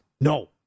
No